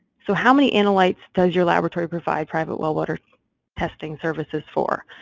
so how many analytes does your laboratory provide private well water testing services for?